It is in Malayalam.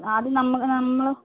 ആദ്യം നമ്മൾ